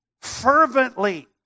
fervently